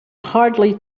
hardly